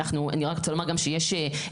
אני רק רוצה לומר גם שיש תקדים.